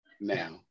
now